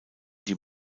die